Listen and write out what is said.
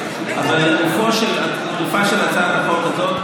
--- לגופה של הצעת החוק הזאת,